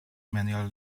manual